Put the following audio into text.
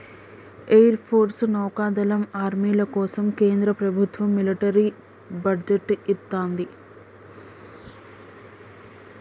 air force, నౌకాదళం, ఆర్మీల కోసం కేంద్ర ప్రభత్వం మిలిటరీ బడ్జెట్ ఇత్తంది